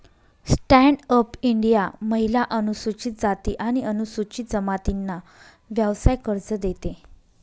stand up India महिला, अनुसूचित जाती आणि अनुसूचित जमातींना व्यवसाय कर्ज देते